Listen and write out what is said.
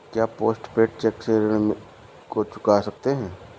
क्या post paid cheque से ऋण को चुका सकते हैं?